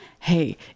Hey